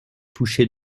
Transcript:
touché